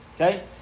Okay